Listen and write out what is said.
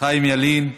חיים ילין,